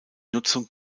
nutzung